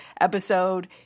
episode